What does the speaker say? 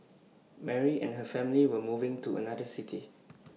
Mary and her family were moving to another city